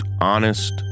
honest